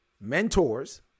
mentors